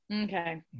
Okay